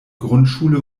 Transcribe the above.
grundschule